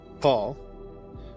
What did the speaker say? Paul